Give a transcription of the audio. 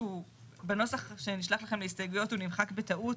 נמחק בטעות,